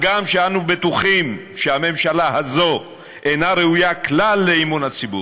הגם שאנו בטוחים שהממשלה הזו אינה ראויה כלל לאמון הציבור.